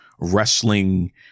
wrestling